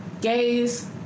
gays